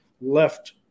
left